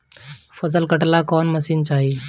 फसल काटेला कौन मशीन चाही?